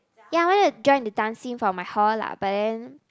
ya I went to join the dance team for my hall lah but then